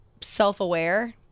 self-aware